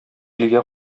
илгә